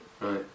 Right